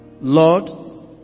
Lord